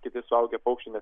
kiti suaugę paukščiai net